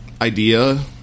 idea